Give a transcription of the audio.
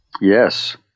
Yes